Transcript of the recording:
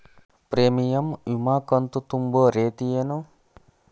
Premium ವಿಮಾ ಕಂತು ತುಂಬೋ ರೇತಿ ಏನು?